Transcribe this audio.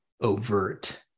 overt